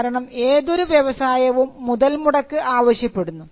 കാരണം ഏതൊരു വ്യവസായവും മുതൽമുടക്ക് ആവശ്യപ്പെടുന്നു